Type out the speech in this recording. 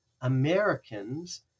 Americans